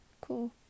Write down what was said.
cool